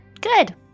Good